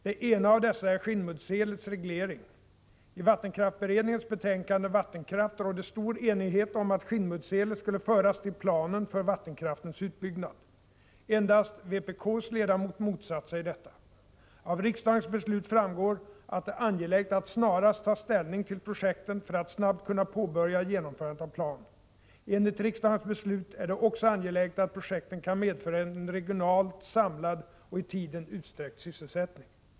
Det ena av dessa projekt är Skinnmuddselets reglering. I vattenkraftberedningens betänkande Vattenkraft rådde stor enighet om att Skinnmuddselet skulle föras till planen för vattenkraftens utbyggnad. Endast vpk:s ledamot motsatte sig detta. Av riksdagens beslut framgår att det är angeläget att snarast ta ställning till projekten för att snabbt kunna påbörja genomförandet av planen. Enligt riksdagens beslut är det också angeläget att projekten kan medföra en regionalt samlad och i tiden utsträckt sysselsättning.